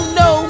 no